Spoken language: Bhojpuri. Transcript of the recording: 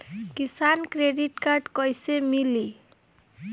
किसान क्रेडिट कार्ड कइसे मिली?